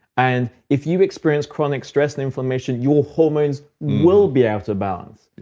and if you've experienced chronic stress and inflammation your hormones will be out of balance.